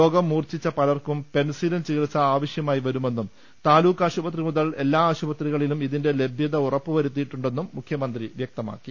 രോഗം മൂർച്ഛിച്ച പലർക്കും പെൻസിലിൻ ചികിത്സ ആവശ്യമായി വരുമെന്നും താലൂക്കാശുപത്രി മുതൽ എല്ലാ ആശുപത്രികളിലും ഇതിന്റെ ലഭ്യത ഉറപ്പുവരുത്തിയിട്ടു ണ്ടെന്നും മുഖ്യമന്ത്രി വ്യക്തമാക്കി